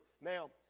Now